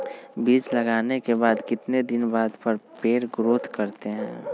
बीज लगाने के बाद कितने दिन बाद पर पेड़ ग्रोथ करते हैं?